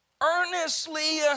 earnestly